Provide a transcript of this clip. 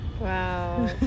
wow